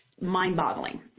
mind-boggling